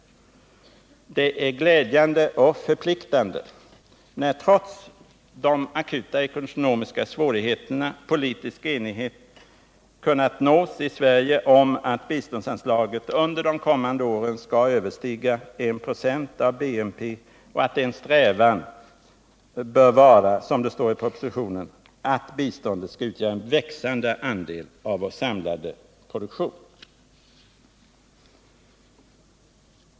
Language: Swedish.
Det är därför glädjande och förpliktande när, trots Sveriges akuta ekonomiska svårigheter, politisk enighet kunnat nås om att biståndsanslaget under de kommande åren skall överstiga 1 96 av BNP och att en strävan bör vara, som det står i propositionen, att biståndet skall utgöra en växande andel av vår samlade produktion.